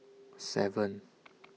seven